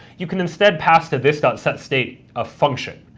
you can instead pass the this setstate a function,